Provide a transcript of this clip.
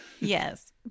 yes